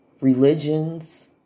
religions